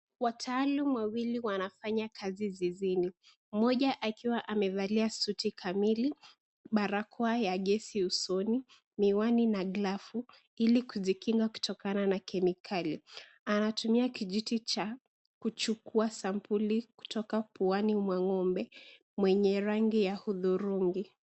Wataalam wawili wanafanya kazi zizini, mmoja akiwa amevalia suti kamili, barakoa ya gesi usoni, miwani na glafu, ili kujikinga kutokana na kemikali, anatumia kijiti cha, kuchukuwa sampuli kutoka puani mwa ngombe, mwenye rangi ya hudhurungi.